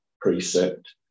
precept